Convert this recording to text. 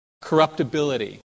corruptibility